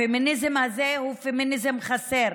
הפמיניזם הזה הוא פמיניזם חסר,